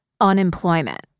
unemployment